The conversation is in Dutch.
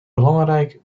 belangrijk